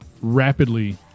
rapidly